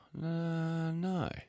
No